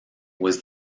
was